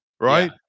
Right